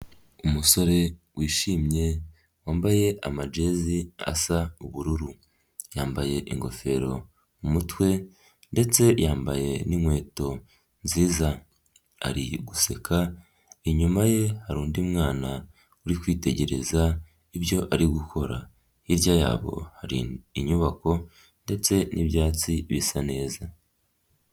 Umusore wishimye wambaye ama jesi asa ubururu ,yambaye ingofero mu mutwe ,ndetse yambaye n'inkweto nziza, ari guseka inyuma ye hari undi mwana uri kwitegereza ibyo ari gukora, hirya yabo hari inyubako ndetse n'ibyatsi bisa neza.